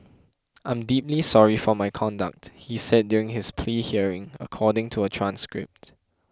I am deeply sorry for my conduct he said during his plea hearing according to a transcript